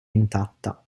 intatta